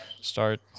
start